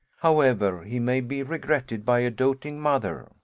however he may be regretted by a doting mother.